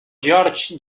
george